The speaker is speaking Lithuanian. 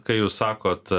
ką jūs sakot